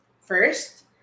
First